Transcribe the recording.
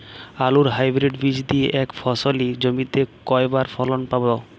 আলুর হাইব্রিড বীজ দিয়ে এক ফসলী জমিতে কয়বার ফলন পাব?